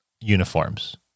uniforms